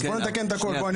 אז בוא נתקן הכול.